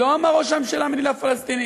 לא אמר ראש הממשלה מדינה פלסטינית.